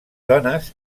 dones